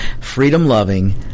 freedom-loving